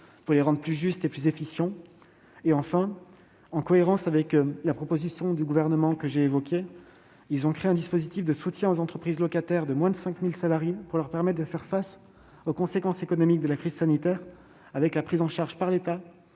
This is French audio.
pour les rendre plus justes et plus efficients. Enfin, en cohérence avec la proposition du Gouvernement que j'ai évoquée, ils ont créé un dispositif de soutien aux entreprises locataires de moins de 5 000 salariés pour leur permettre de faire face aux conséquences économiques de la crise sanitaire. Il permet la prise en charge par l'État